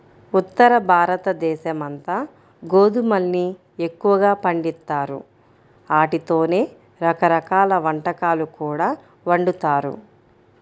ఉత్తరభారతదేశమంతా గోధుమల్ని ఎక్కువగా పండిత్తారు, ఆటితోనే రకరకాల వంటకాలు కూడా వండుతారు